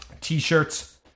T-shirts